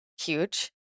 huge